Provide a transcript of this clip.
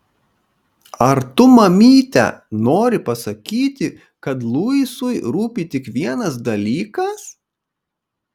ar tu mamyte nori pasakyti kad luisui rūpi tik vienas dalykas